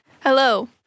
Hello